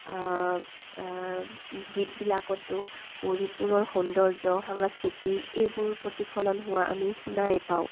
গীতবিলাকতো গৌৰীপুৰৰ সৌন্দৰ্য সাংস্কৃতি এইবোৰ প্ৰতিফলন হোৱা আমি শুনাই পাওঁ